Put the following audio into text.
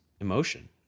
emotion